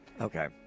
okay